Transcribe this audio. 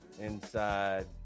inside